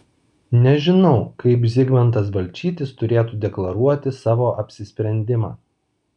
nežinau kaip zigmantas balčytis turėtų deklaruoti savo apsisprendimą